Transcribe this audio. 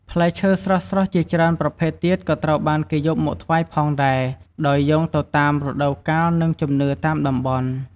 ផ្លែឈើស្រស់ៗ ជាច្រើនប្រភេទទៀតក៏ត្រូវបានគេយកមកថ្វាយផងដែរ ដោយយោងទៅតាមរដូវកាល និងជំនឿតាមតំបន់។